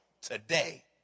today